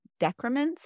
Decrements